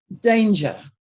danger